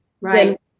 Right